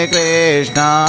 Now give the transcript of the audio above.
Krishna